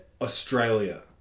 Australia